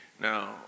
Now